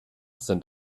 sind